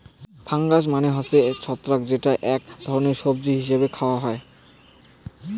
fungus মানে হসে ছত্রাক যেইটা আক ধরণের সবজি হিছেবে খায়া হই